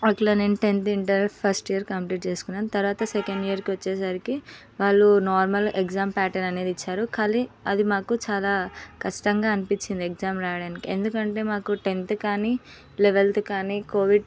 అలా నేను tenth inter first year complete చేసుకున్నాను తరువాత సెకండ్ ఇయర్కి వచ్చేసరికి వాళ్ళు నార్మల్ ఎగ్జామ్ ప్యాటర్న్ అనేది ఇచ్చారు కానీ అది మాకు చాలా కష్టంగా అనిపించింది ఎగ్జామ్ రాయడానికి ఎందుకంటే మాకు టెన్త్ కానీ లెవెన్త్ కానీ కోవిడ్